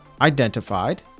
identified